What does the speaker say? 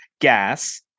gas